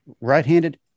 right-handed